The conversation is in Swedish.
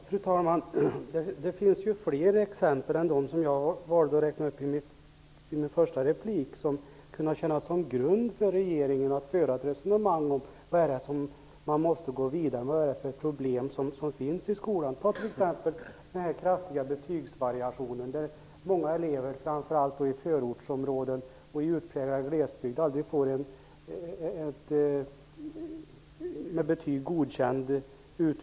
Fru talman! Det finns ju fler exempel än dem som jag valde att räkna upp i min första replik som kan tjäna som grund för regeringen att föra ett resonemang om vad man det är för problem som finns i skolan. Vi kan t.ex. ta den kraftiga betygsvariationen där många elever i framför allt förortsområden och utpräglad glesbygd aldrig får en utbildning med betyg godkänt.